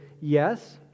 yes